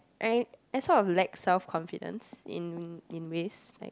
I I sort of lack self confidence in in ways like